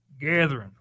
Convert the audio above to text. gathering